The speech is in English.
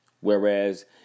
Whereas